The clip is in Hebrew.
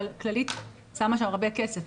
אבל כללית שמה שם הרבה כסף.